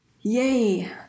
yay